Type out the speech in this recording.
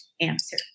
answer